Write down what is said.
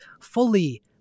fully